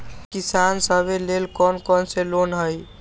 किसान सवे लेल कौन कौन से लोने हई?